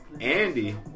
Andy